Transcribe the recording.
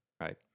Right